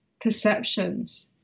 perceptions